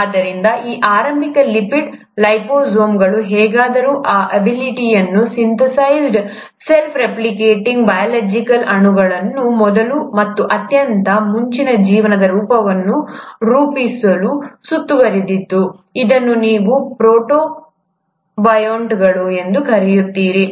ಆದ್ದರಿಂದ ಈ ಆರಂಭಿಕ ಲಿಪಿಡ್ ಲಿಪೊಸೋಮ್ಗಳು ಹೇಗಾದರೂ ಈ abiotically synthesised self replicating biological ಅಣುಗಳನ್ನು ಮೊದಲ ಮತ್ತು ಅತ್ಯಂತ ಮುಂಚಿನ ಜೀವನದ ರೂಪವನ್ನು ರೂಪಿಸಲು ಸುತ್ತುವರೆದಿರುತ್ತವೆ ಇದನ್ನು ನೀವು ಪ್ರೋಟೋಬಯಾಂಟ್ಗಳು ಎಂದು ಕರೆಯುತ್ತೀರಿ